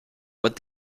what